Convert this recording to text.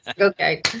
okay